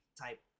type